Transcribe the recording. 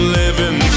living